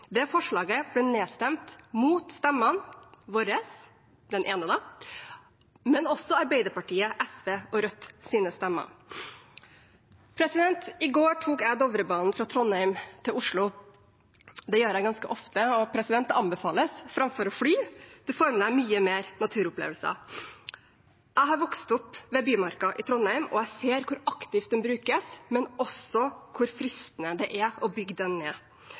Det forslaget ble nedstemt mot vår stemme – den ene, da – men også mot Arbeiderpartiet, SV og Rødts stemmer. I går tok jeg Dovrebanen fra Trondheim til Oslo. Det gjør jeg ganske ofte, og det anbefales – framfor å fly. Man får med seg mange flere naturopplevelser. Jeg har vokst opp ved Bymarka i Trondheim, og jeg ser hvor aktivt den brukes, men også hvor fristende det er å bygge den ned.